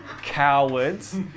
cowards